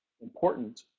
important